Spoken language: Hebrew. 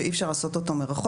שאי אפשר לעשות אותו מרחוק,